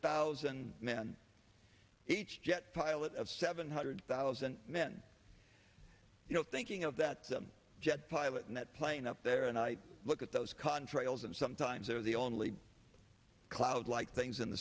thousand men each jet pilot of seven hundred thousand men you know thinking of that some jet pilot in that plane up there and i look at those contrails and sometimes they're the only cloud like things in the